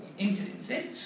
incidences